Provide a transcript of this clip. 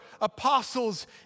apostles